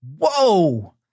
whoa